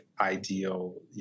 ideal